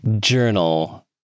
journal